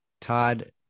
Todd